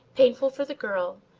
painful for the girl,